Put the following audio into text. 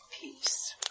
peace